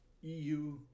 EU